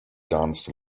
danced